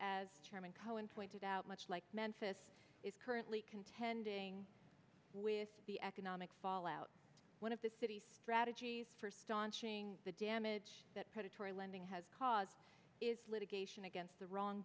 chairman cohen point about much like memphis is currently contending with the economic fallout one of the city's strategies for staunching the damage that predatory lending has caused is litigation against the wrong